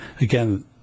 again